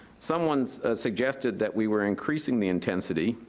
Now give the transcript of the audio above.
someone suggested that we were increasing the intensity.